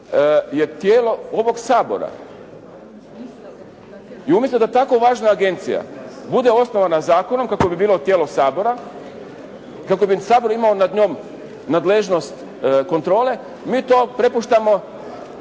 je tijelo ovog Sabora. I umjesto da tako važna agencija bude osnovana zakonom kako bi bila tijelo Sabora, kako bi Sabor imao nad njom nadležnost kontrole mi to prepuštamo